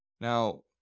Now